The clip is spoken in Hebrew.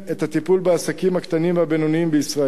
הטיפול בעסקים הקטנים והבינוניים בישראל.